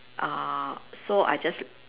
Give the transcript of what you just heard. uh so I just